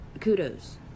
kudos